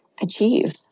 achieve